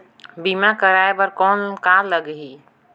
बीमा कराय बर कौन का लगही?